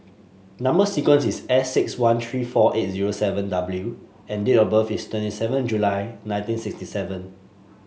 number sequence is S six one three four eight zero seven W and date of birth is twenty seven July nineteen sixty seven